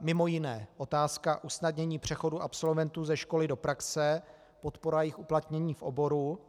Mimo jiné otázka usnadnění přechodu absolventů ze školy do praxe, podpora jejich uplatnění v oboru,